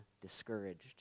discouraged